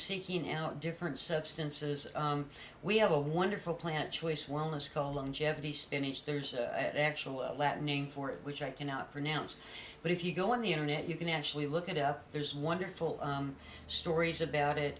seeking out different substances we have a wonderful plant choice wellness call in jeopardy spanish there's actual latin name for it which i cannot pronounce but if you go on the internet you can actually look it up there's wonderful stories about it